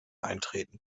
eintreten